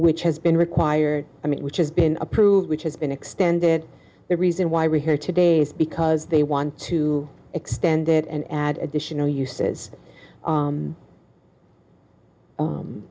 which has been required i mean which has been approved which has been extended the reason why we're here today is because they want to extend it and add additional uses